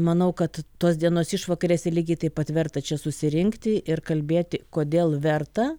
manau kad tos dienos išvakarėse lygiai taip pat verta čia susirinkti ir kalbėti kodėl verta